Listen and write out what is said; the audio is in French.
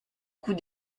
coup